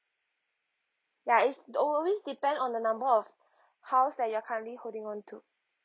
ya it's th~ al~ always depend on the number of house that you are currently holding on to